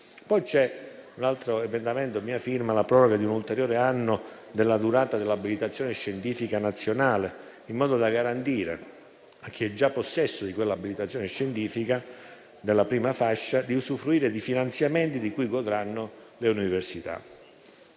poi l'altro emendamento a mia firma, che propone la proroga di un ulteriore anno della durata dell'abilitazione scientifica nazionale, in modo da garantire a chi è già in possesso di quella abilitazione scientifica nella prima fascia di usufruire di finanziamenti di cui godranno le università.